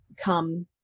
come